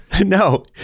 No